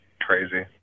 Crazy